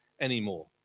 anymore